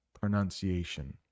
pronunciation